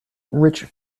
rich